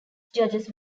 judges